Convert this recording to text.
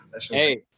Hey